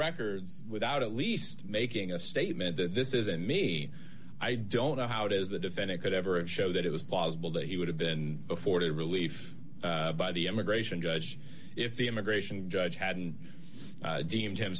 records without at least making a statement that this isn't me i don't know how it is the defendant could ever of show that it was plausible that he would have been afforded relief by the immigration judge if the immigration judge hadn't deemed him